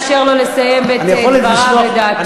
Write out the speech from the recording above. בואו נאפשר לו לסיים את דבריו ודעתו.